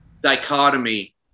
dichotomy